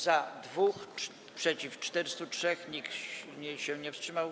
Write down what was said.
Za - 2, przeciw - 403, nikt się nie wstrzymał.